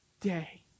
day